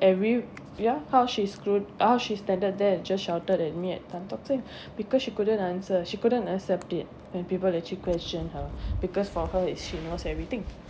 every ya how she screwed how she stand there and just shouted at me at tan tock seng because you couldn't answer she couldn't accept it and people actually question her because for her is she knows everything